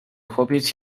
chłopiec